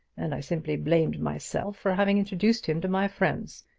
and i simply blamed myself for having introduced him to my friends.